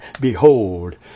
Behold